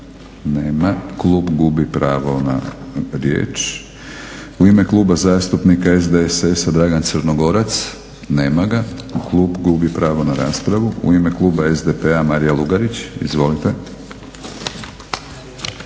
Nema. Klub gubi pravo na riječ. U ime Kluba zastupnika SDSS-a, Dragan Crnogorac. Nema ga. Klub gubi pravo na raspravu. U ime kluba SDP-a, Marija Lugarić, izvolite.